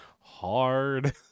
Hard